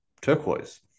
Turquoise